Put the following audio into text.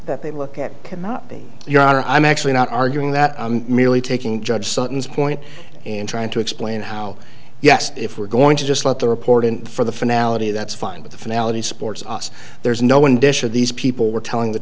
that they look at cannot be your honor i'm actually not arguing that i'm merely taking judge sutton's point and trying to explain how yes if we're going to just let the reporting for the finale that's fine but the finale supports us there's no one dish of these people were telling the